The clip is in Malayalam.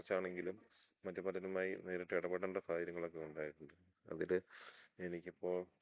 കുറച്ചാണെങ്കിലും മറ്റു പലരുമായി നേരിട്ട് ഇടപെടേണ്ട കാര്യങ്ങളൊക്കെ ഉണ്ടായിട്ടുണ്ട് അതിൽ എനിക്ക് ഇപ്പോൾ